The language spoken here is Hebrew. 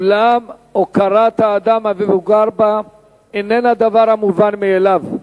אולם הוקרת האדם המבוגר בה איננה דבר המובן מאליו,